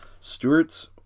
Stewart's